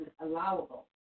allowable